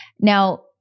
Now